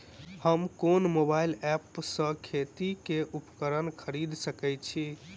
हम केँ mobile app सँ खेती केँ उपकरण खरीदै सकैत छी?